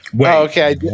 Okay